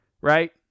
right